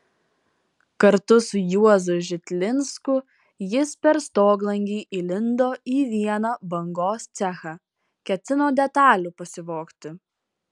kartu su juozu žitlinsku jis per stoglangį įlindo į vieną bangos cechą ketino detalių pasivogti